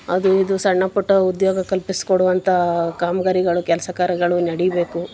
ಅದು ಇದು ಸಣ್ಣ ಪುಟ್ಟ ಉದ್ಯೋಗ ಕಲ್ಪಿಸಿ ಕೊಡುವಂಥ ಕಾಮಗಾರಿಗಳು ಕೆಲಸ ಕಾರ್ಯಗಳು ನಡೀಬೇಕು